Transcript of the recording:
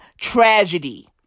tragedy